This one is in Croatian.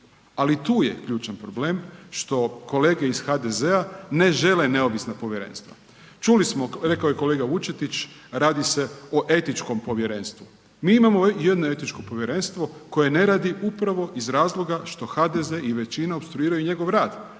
Ali tu je ključan problem što kolege iz HDZ-a ne žele neovisna povjerenstva. Čuli smo, rekao je kolega Vučetić, radi se o etičkom povjerenstvu. Mi imamo jedno etičko povjerenstvo koje ne radi upravo iz razloga što HDZ i većina opstruiraju njegov rad.